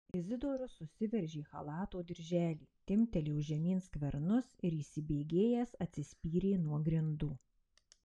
izidorius susiveržė chalato dirželį timptelėjo žemyn skvernus ir įsibėgėjęs atsispyrė nuo grindų